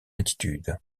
attitude